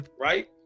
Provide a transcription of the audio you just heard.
right